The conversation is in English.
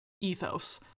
ethos